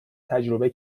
تجربه